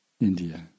India